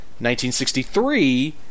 1963